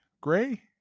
Gray